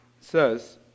says